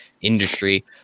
industry